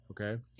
Okay